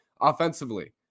offensively